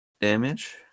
damage